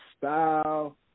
style